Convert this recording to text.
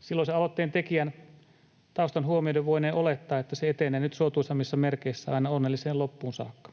Silloisen aloitteen tekijän taustan huomioiden voinee olettaa, että se etenee nyt suotuisammissa merkeissä aina onnelliseen loppuun saakka.